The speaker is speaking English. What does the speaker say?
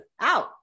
out